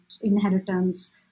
inheritance